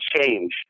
change